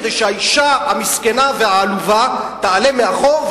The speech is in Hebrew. כדי שהאשה המסכנה והעלובה תעלה מאחור,